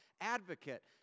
Advocate